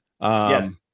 Yes